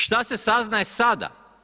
Šta se saznaje sada?